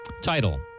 Title